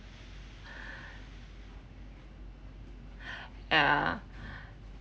ya